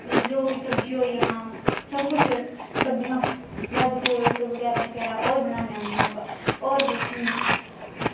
जो बी सब्जी होई जो बी सब्जियां बैजिटेवल्स बगैरा ओह् बनान्नी होन्नी में होर कुछ नेईं